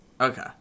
Okay